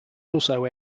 also